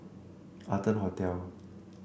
Arton Hotel